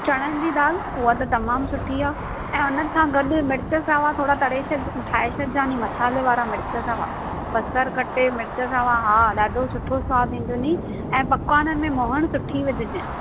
चड़नि जी दालि उहा त तमामु सुठी आहे ऐं हुन सां गॾु मिर्च सावा थोरा तरे छॾु ठाहे छॾिजानी मसाले वारा मिर्चु सावा बसरु कटे मिर्च सावा हा ॾाढो सुठो सवादु ईंदुनी ऐं पकवान में मोहण सुठी विझिजे